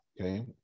Okay